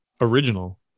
Original